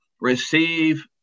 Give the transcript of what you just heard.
receive